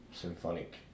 symphonic